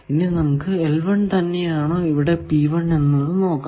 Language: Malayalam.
ഇനി നമുക്ക് ഈ തന്നെയാണോ ഇവിടെ P1 എന്നത് നോക്കാം